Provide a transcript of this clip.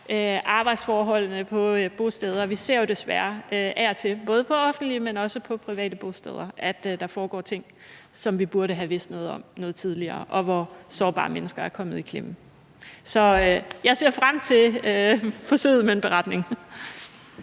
arbejdsforholdene på bosteder. Vi ser jo desværre af og til, både på offentlige, men også på private bosteder, at der foregår ting, som vi burde have vidst noget om noget tidligere, og hvor sårbare mennesker er kommet i klemme. Så jeg ser frem til forsøget med en beretning.